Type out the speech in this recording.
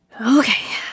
Okay